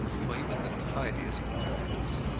for he was the tidiest of mortals.